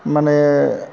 माने